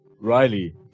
Riley